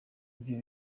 ibyo